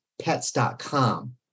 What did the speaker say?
pets.com